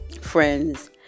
friends